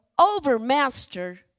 overmaster